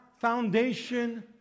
foundation